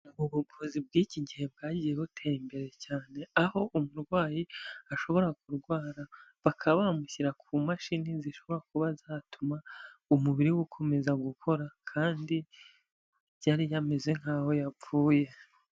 Ubuvuzi bw'iki gihe bwagiye butera imbere cyane, aho umurwayi ashobora kurwara bakaba bamushyira ku mashini zishobora kuba zatuma umubiriwe ukomeza gukora kandi yari yameze nk'aho yapfuye.